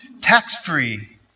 tax-free